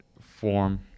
form